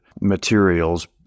materials